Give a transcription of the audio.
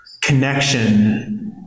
connection